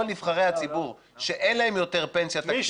נבחרי הציבור שאין להם יותר פנסיה תקציבית בגלל החלטת הממשלה.